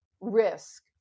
risk